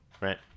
right